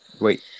Wait